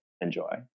enjoy